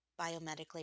biomedically